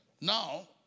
Now